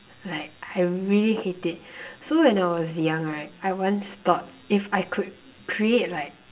like I really hate it so when I was young right I once thought if I could create like